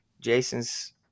Jason's